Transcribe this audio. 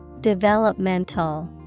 Developmental